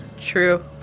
True